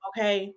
Okay